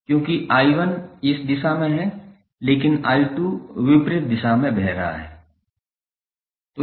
क्योंकि I1 इस दिशा में है लेकिन I2 विपरीत दिशा में बह रहा है